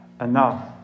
enough